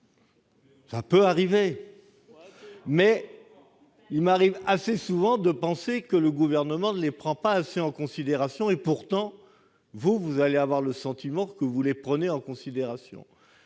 Cela peut arriver ! Mais il m'arrive assez souvent de penser que le Gouvernement ne les prend pas assez en considération. Vous allez pourtant, vous, avoir le sentiment que vous les prenez en considération.